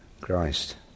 Christ